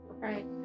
right